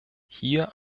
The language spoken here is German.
hier